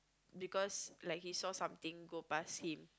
because like he saw something go past him